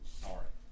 sorry